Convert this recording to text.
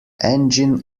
engine